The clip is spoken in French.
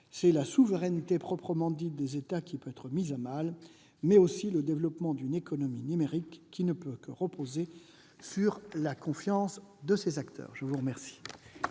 C'est la souveraineté proprement dite des États qui peut être mise à mal, de même que le développement d'une économie numérique, lequel ne peut que reposer sur la confiance de ses acteurs. La parole